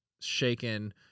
shaken